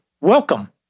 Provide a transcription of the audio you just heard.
welcome